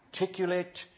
articulate